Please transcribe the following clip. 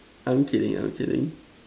are you kidding are you kidding